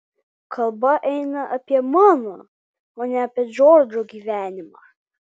kalba eina apie mano o ne apie džordžo gyvenimą